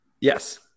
yes